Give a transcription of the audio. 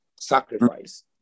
sacrifice